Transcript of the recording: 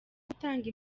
gutanga